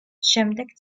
შემდეგ